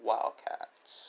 Wildcats